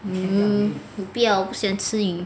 嗯我不要我不喜欢吃鱼